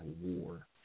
war